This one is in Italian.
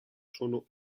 sono